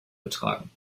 getragen